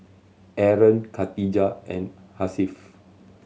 Aaron Khadija and Hasif